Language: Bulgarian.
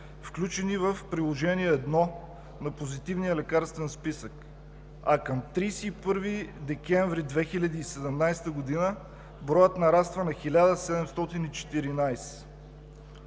включени в Приложение № 1 на Позитивния лекарствен списък, а към 31 декември 2017 г. броят нараства на 1714.